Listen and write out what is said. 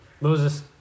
Moses